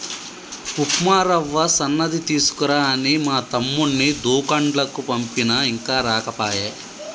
ఉప్మా రవ్వ సన్నది తీసుకురా అని మా తమ్ముణ్ణి దూకండ్లకు పంపిన ఇంకా రాకపాయె